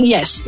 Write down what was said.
Yes